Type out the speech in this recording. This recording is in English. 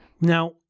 Now-